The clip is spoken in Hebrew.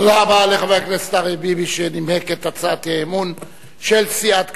תודה רבה לחבר הכנסת אריה ביבי שנימק את הצעת האי-אמון של סיעת קדימה.